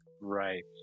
right